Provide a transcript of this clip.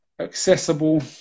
accessible